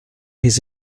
his